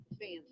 fans